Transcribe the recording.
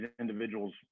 individuals